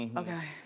and okay.